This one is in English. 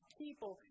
people